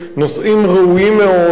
נושאים ראויים מאוד,